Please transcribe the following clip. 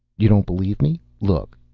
you don't believe me. look.